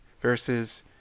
versus